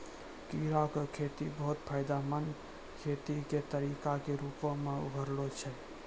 कीड़ा के खेती बहुते फायदामंद खेती के तरिका के रुपो मे उभरलो छै